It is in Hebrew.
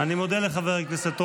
אני מודה לחבר הכנסת רוטמן.